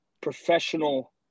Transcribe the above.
professional